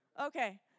okay